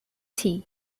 tea